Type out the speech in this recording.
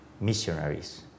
missionaries